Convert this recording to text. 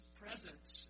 presence